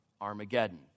Armageddon